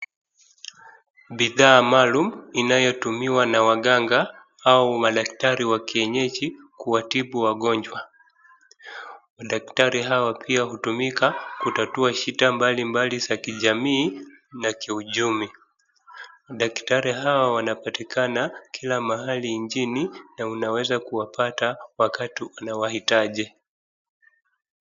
Bidhaa ya maalum inayotumiwa na waganga au madaktari wa kienyeji kuwatibu wagonjwa. Madaktari hawa pia hutumika kutatua shida mbali mbali za kijamii na kiuchumi. Daktari hawa wanapatikana kila mahali nchini na unaweza kuwapata wakati unawahitaji.